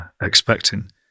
expecting